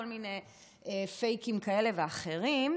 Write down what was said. כל מיני פייקים כאלה ואחרים.